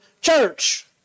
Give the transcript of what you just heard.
Church